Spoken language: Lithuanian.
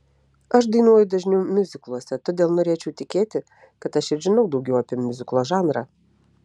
aš dainuoju dažniau miuzikluose todėl norėčiau tikėti kad aš ir žinau daugiau apie miuziklo žanrą